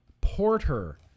Porter